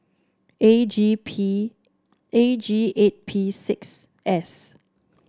A G P A G eight P six S